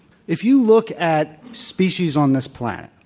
if you look at species on this planet,